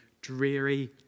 dreary